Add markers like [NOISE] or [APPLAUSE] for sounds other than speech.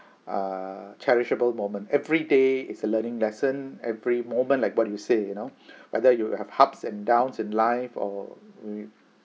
err charitable moment every day is a learning lesson every moment like what you say you know [BREATH] whether you will have ups and downs in life or